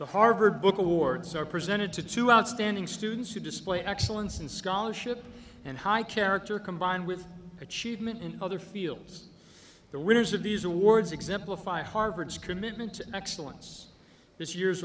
to harvard book awards are presented to two outstanding students who display excellence in scholarship and high character combined with achievement in other fields the winners of these awards exemplify harvard's commitment to excellence this year's